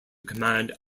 command